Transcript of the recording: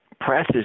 presses